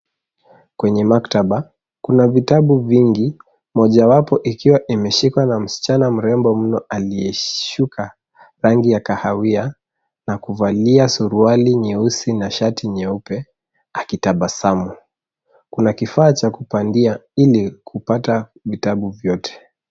Kwenye maktaba kuna vitabu vingi moja wapo ikiwa imeshikwa na msichana mrembo mno aliyeshuka rangi ya kahawia na kuvalia suruali nyeusi na shati nyeupe akitabasamu. Kuna kifaa cha kupandia ili kupata vitabu vyote.